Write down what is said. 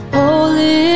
holy